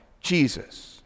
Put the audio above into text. Jesus